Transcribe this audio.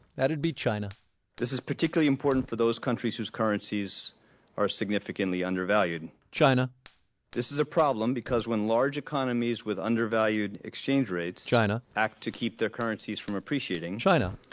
that would be china this is particularly important for countries whose currencies are significantly undervalued china this is a problem because when large economies with undervalued exchange rates, china, act to keep their currencies from appreciating, china,